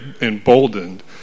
emboldened